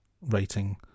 rating